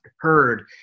heard